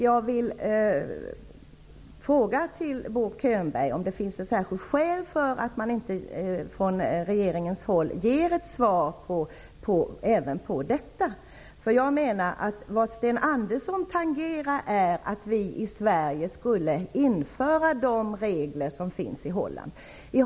Jag vill fråga Bo Könberg om det finns något särskilt skäl för att man från regeringens håll inte uttalar sig om den sidan av saken. Vad Sten Andersson tangerar är att vi i Sverige skulle införa de regler som finns i Holland.